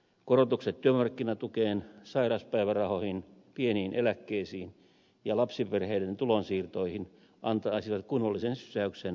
korotukset työmarkkinatukeen sairauspäivärahoihin pieniin eläkkeisiin ja lapsiperheiden tulonsiirtoihin antaisivat kunnollisen sysäyksen kulutukseen